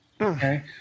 okay